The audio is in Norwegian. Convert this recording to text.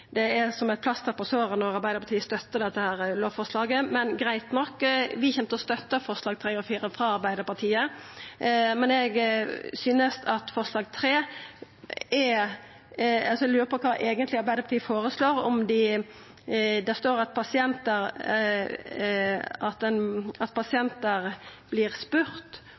som eit plaster på såret når Arbeidarpartiet støttar dette lovforslaget, men greitt nok. Vi kjem til å støtta forslaga nr. 3 og 4, frå Arbeidarpartiet, men når det gjeld forslag nr. 3, lurer eg på kva Arbeidarpartiet eigentleg føreslår. Det står: « at pasienter blir spurt om de motsetter seg at